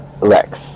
lex